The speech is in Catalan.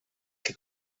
que